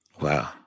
Wow